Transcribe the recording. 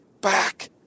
back